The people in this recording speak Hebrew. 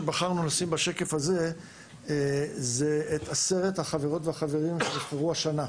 בשקף אתם רואים את עשרת החברות והחברים שנבחרו השנה.